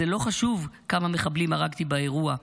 'זה לא חשוב כמה מחבלים הרגתי באירוע',